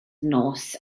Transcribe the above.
nos